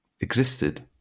existed